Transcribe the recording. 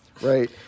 right